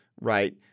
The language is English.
right